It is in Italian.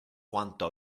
quanto